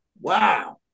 wow